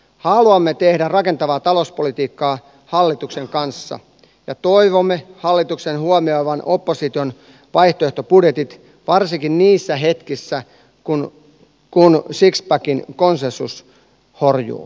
haluamme tehdä rakentavaa talouspolitiikkaa hallituksen kanssa ja toivomme hallituksen huomioivan opposition vaihtoehtobudjetit varsinkin niinä hetkinä kun sixpackin konsensus harju